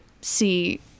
see